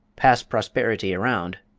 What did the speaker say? pass prosperity around,